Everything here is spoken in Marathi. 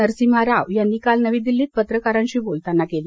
नरसिम्हा राव यांनी काल नवी दिल्लीत पत्रकारांशी बोलताना केली